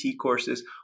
courses